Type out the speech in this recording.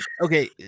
Okay